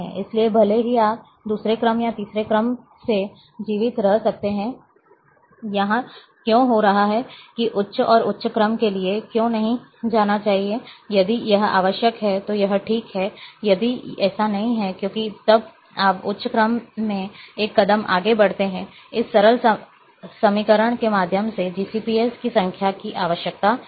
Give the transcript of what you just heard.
इसलिए भले ही आप दूसरे क्रम या तीसरे क्रम से जीवित रह सकते हैं मैं यह क्यों कह रहा हूं कि उच्च और उच्च क्रम के लिए क्यों नहीं जाना चाहिए यदि यह आवश्यक है तो यह ठीक है यदि ऐसा नहीं है क्योंकि तब आप उच्च क्रम में एक कदम आगे बढ़ते हैं फिर इस सरल समीकरण के माध्यम से आपको GCPs की संख्या की आवश्यकता होगी